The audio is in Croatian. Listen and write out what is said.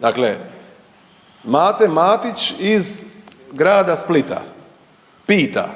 Dakle, Mate Matić iz Grada Splita pita